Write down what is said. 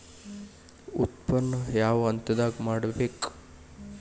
ಉತ್ಪನ್ನ ಯಾವ ಹಂತದಾಗ ಮಾಡ್ಬೇಕ್?